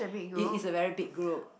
its a very big group